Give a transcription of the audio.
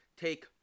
take